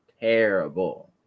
terrible